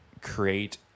create